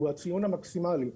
הוא הציון המקסימלי,